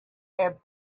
and